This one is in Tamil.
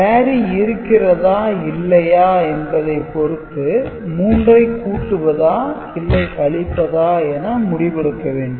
கேரி இருக்கிறதா இல்லையா என்பதைப் பொருத்து 3 ஐக் கூட்டுவதா இல்லை கழிப்பதா என முடிவெடுக்க வேண்டும்